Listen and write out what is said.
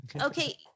Okay